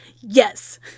yes